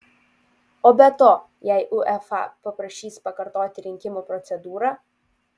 o be to jei uefa paprašys pakartoti rinkimų procedūrą